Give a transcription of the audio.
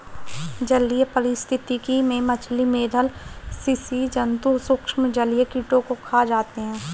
जलीय पारिस्थितिकी में मछली, मेधल स्सि जन्तु सूक्ष्म जलीय कीटों को खा जाते हैं